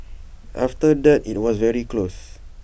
after that IT was very close